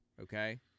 okay